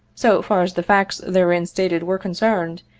so far as the facts therein stated were concerned,